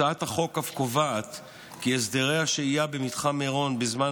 הצעת החוק אף קובעת כי הסדרי השהייה במתחם מירון בזמן